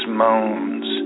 moans